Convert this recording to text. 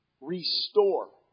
restore